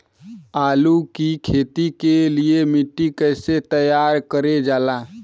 आलू की खेती के लिए मिट्टी कैसे तैयार करें जाला?